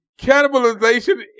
Cannibalization